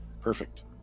Perfect